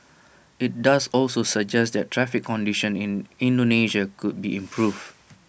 IT does also suggest that traffic conditions in Indonesia could be improved